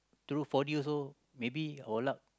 through four D also maybe our luck